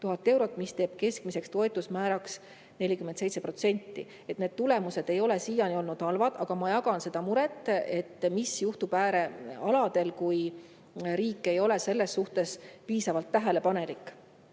mis teeb keskmiseks toetusmääraks 47%. Need tulemused ei ole siiani olnud halvad. Aga ma jagan seda muret, mis juhtub äärealadel, kui riik ei ole selles osas piisavalt tähelepanelik.